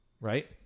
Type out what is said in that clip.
right